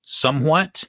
somewhat